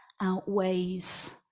outweighs